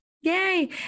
Yay